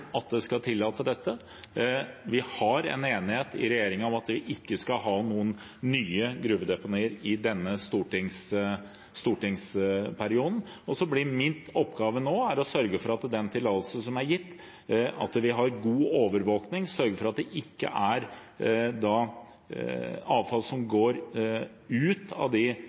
at man skal tillate dette. Vi har en enighet i regjeringen om at vi ikke skal ha noen nye gruvedeponier i denne stortingsperioden. Min oppgave nå er å sørge for at det i forbindelse med den tillatelsen som er gitt, er god overvåkning, at det ikke er avfall som går ut av de